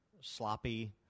sloppy